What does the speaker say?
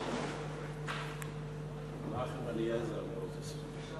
מנחם אליעזר מוזס.